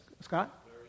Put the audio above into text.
Scott